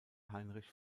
heinrich